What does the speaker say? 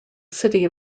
city